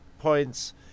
points